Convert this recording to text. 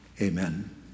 amen